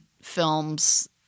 films